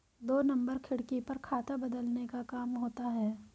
दो नंबर खिड़की पर खाता बदलने का काम होता है